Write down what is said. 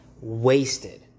Wasted